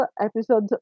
episode